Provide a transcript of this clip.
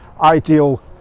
ideal